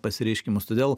pasireiškimus todėl